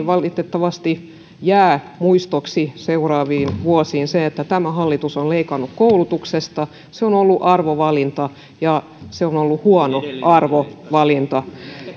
valitettavasti jää muistoksi seuraaviin vuosiin se että tämä hallitus on leikannut koulutuksesta se on ollut arvovalinta ja se on on ollut huono arvovalinta